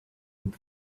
and